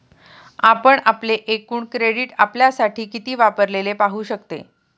आपण आपले एकूण क्रेडिट आपल्यासाठी किती वापरलेले पाहू शकते